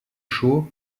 show